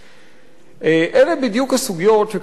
אלה בדיוק הסוגיות שהכנסת צריכה לעסוק בהן,